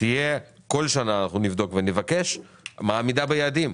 תהיה שכל שנה אנחנו נבדוק ונבקש עמידה ביעדים,